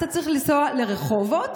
אתה צריך לנסוע לרחובות.